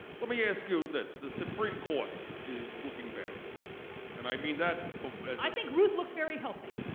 let me ask you this the supreme court is looking bad and i mean that i think ruth looks very healthy